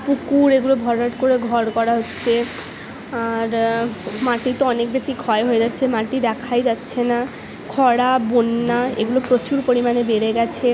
পুকুর এগুলো ভরাট করে ঘর করা হচ্ছে আর মাটি তো অনেক বেশি ক্ষয় হয়ে যাচ্ছে মাটি দেখাই যাচ্ছে না খরা বন্যা এগুলো প্রচুর পরিমাণে বেড়ে গেছে